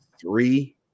three